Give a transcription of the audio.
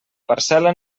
parcel·la